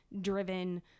Driven